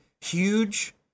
huge